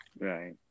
Right